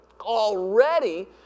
already